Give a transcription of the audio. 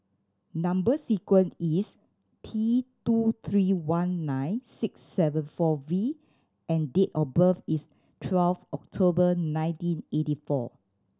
number sequence is T two three one nine six seven four V and date of birth is twelve October nineteen eighty four